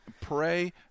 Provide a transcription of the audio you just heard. pray